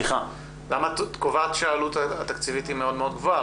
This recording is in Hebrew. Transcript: למה את קובעת שהעלות התקציבית היא מאוד מאוד גבוהה?